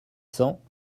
cents